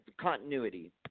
continuity